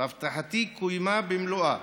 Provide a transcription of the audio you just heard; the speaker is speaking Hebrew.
והבטחתי קוימה במלואה,